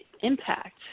impact